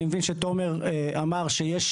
אני מבין שתומר אמר שיש,